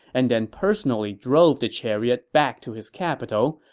and then personally drove the chariot back to his capital,